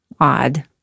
odd